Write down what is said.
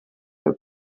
have